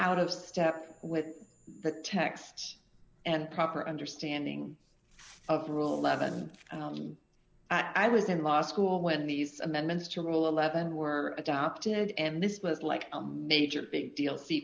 out of step with the texts and proper understanding of rule eleven i was in law school when these amendments to rule eleven were adopted and this was like a major big deal sea